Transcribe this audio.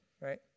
right